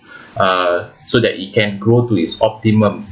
uh so that it can grow to its optimum